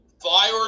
fire